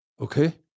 Okay